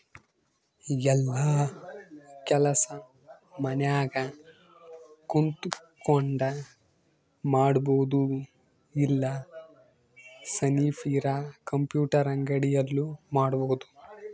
ಯೆಲ್ಲ ಕೆಲಸ ಮನ್ಯಾಗ ಕುಂತಕೊಂಡ್ ಮಾಡಬೊದು ಇಲ್ಲ ಸನಿಪ್ ಇರ ಕಂಪ್ಯೂಟರ್ ಅಂಗಡಿ ಅಲ್ಲು ಮಾಡ್ಬೋದು